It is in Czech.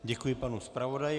Děkuji panu zpravodaji.